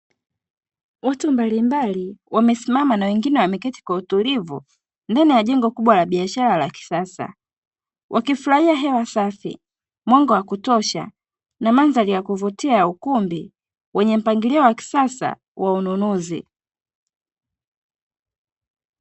Watu mbalimbali wamesimama na wengine wameketi kwa utulivu ndani ya jengo kubwa la biashara la kisasa, wakifurahia hewa safi, mwanga wa kutosha na mandhari ya kuvutia ya ukumbi wenye mpangilio wa kisasa wa ununuzi.